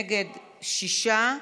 נגד, שישה.